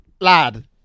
lad